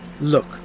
Look